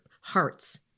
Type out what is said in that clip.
hearts